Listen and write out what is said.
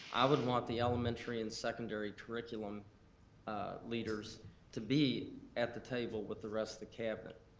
i would want the elementary and secondary curriculum leaders to be at the table with the rest of the cabinet,